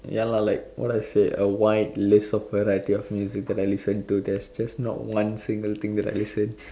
ya lah like what I say a wide list of variety of music that I listen to there's just not one single thing that I listen